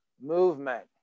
movement